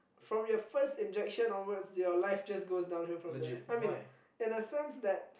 from your first injection onwards your life just goes downhill from there I mean in the sense that